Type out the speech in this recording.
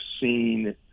seen